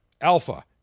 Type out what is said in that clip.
alpha